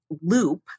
loop